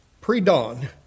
Pre-dawn